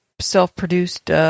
self-produced